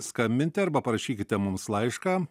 skambinti arba parašykite mums laišką